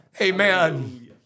Amen